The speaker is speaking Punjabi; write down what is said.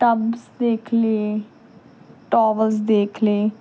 ਟਬਸ ਦੇਖ ਲਏ ਟੋਵਲਸ ਦੇਖ ਲਏ